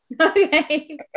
okay